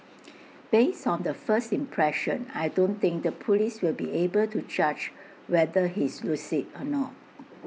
based on the first impression I don't think the Police will be able to judge whether he's lucid or not